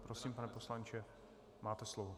Prosím, pane poslanče, máte slovo.